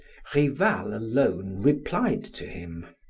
rival alone replied to him.